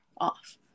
off